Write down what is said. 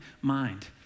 mind